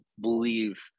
believe